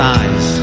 eyes